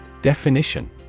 Definition